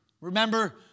Remember